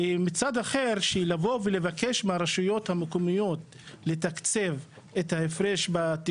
ומצד אחר לבוא ולבקש מהרשויות המקומיות לתקצב את ההפרש בתקצוב?